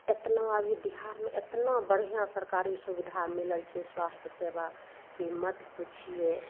एतना अभी बिहारमे एतना बढ़िआँ सरकारी सुविधा मिलल छै स्वास्थ सेवा की मत पूछिये